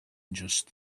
just